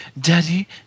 daddy